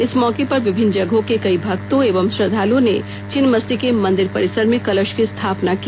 इस मौके पर विभिन्न जगहों के कई भक्तों एवं श्रद्वालुओं ने छिन्नमस्तिके मंदिर परिसर में कलश की स्थापना की